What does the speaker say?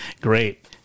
Great